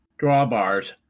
drawbars